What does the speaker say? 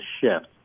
shift